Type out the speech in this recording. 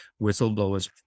whistleblowers